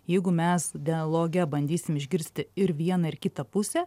jeigu mes dialoge bandysim išgirsti ir vieną ir kitą pusę